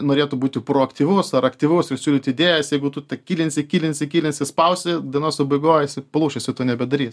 norėtų būti proaktyvus ar aktyvus ir siūlyti idėjas jeigu tu tą kilinsi kilinsi kilinsi spausi dienos pabaigoj išsiplušęs ir to nebedarys